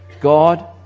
God